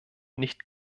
nicht